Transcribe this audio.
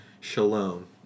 shalom